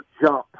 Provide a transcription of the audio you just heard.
jump